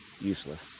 useless